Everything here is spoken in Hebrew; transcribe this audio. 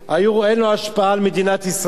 אין לו השפעה על מדינת ישראל,